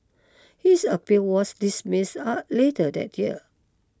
his appeal was dismissed later that year